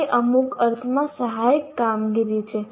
તે અમુક અર્થમાં સહાયક કામગીરી છે